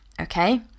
okay